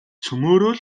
цөмөөрөө